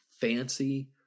fancy